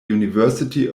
university